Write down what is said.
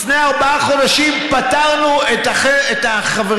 לפני ארבעה חודשים פטרנו את החברים,